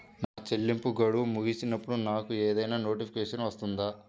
నా చెల్లింపు గడువు ముగిసినప్పుడు నాకు ఏదైనా నోటిఫికేషన్ వస్తుందా?